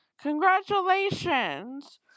Congratulations